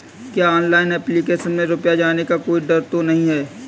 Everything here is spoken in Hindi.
क्या ऑनलाइन एप्लीकेशन में रुपया जाने का कोई डर तो नही है?